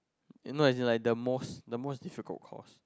you know as in like the most the most difficult course